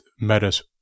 matters